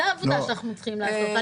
זה העבודה שאנחנו צריכים לעשות.